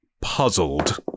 puzzled